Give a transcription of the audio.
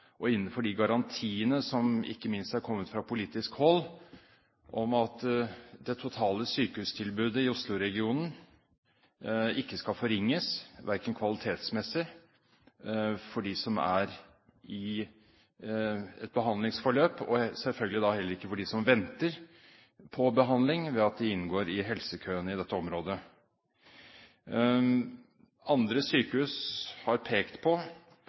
og innenfor de garantiene som ikke minst har kommet fra politisk hold, om at det totale sykehustilbudet i Oslo-regionen ikke skal forringes kvalitetsmessig for dem som er i et behandlingsforløp, og selvfølgelig heller ikke for dem som venter på behandling ved at de inngår i helsekøene i dette området. Andre sykehus har pekt på